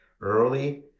early